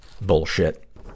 bullshit